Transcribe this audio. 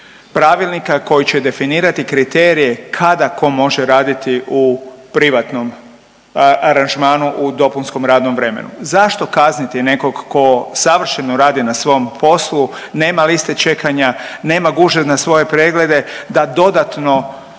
pravilnika koji će definirati kriterije kada ko može raditi u privatnom aranžmanu u dopunskom radnom vremenu. Zašto kazniti nekog ko savršeno radi na svom poslu, nema liste čekanja, nema gužve na svoje preglede, da dodatno